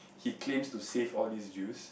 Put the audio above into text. he claims to save all these jews